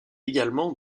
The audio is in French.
également